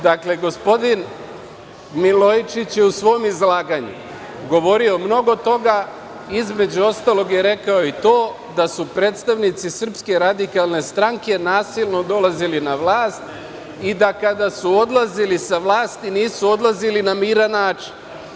Dakle, gospodin Milojičić je u svom izlaganju govorio mnogo toga, između ostalog je rekao i to da su predstavnici SRS nasilno dolazili na vlast i da kada su odlazili sa vlasti nisu odlazili na miran način.